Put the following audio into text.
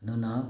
ꯑꯗꯨꯅ